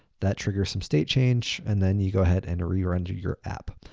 that triggers some state change and then you go ahead and re-render your app.